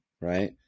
right